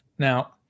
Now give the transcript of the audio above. Now